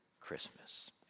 Christmas